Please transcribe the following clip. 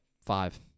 Five